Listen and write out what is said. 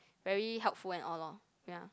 very helpful and all lor yeah